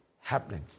happening